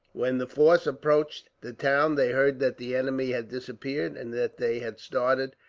when the force approached the town they heard that the enemy had disappeared, and that they had started,